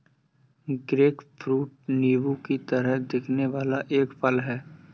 grapefruit नींबू की तरह दिखने वाला एक फल है